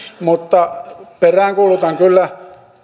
mutta peräänkuulutan kyllä